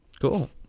cool